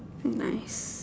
nice